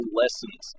lessons